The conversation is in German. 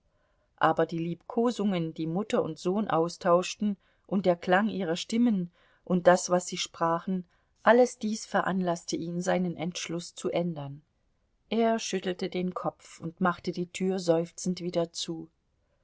aber die liebkosungen die mutter und sohn austauschten und der klang ihrer stimmen und das was sie sprachen alles dies veranlaßte ihn seinen entschluß zu ändern er schüttelte den kopf und machte die tür seufzend wieder zu